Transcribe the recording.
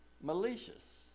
malicious